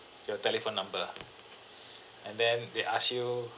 your telephone number and then they ask you